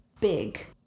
big